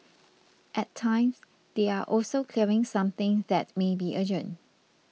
at times they are also clearing something that may be urgent